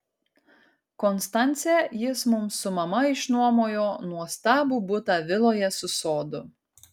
konstance jis mums su mama išnuomojo nuostabų butą viloje su sodu